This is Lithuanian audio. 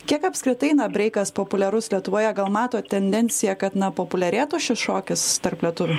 kiek apskritai na breikas populiarus lietuvoje gal matot tendenciją kad populiarėtų šis šokis tarp lietuvių